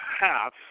half